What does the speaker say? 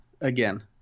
again